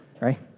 right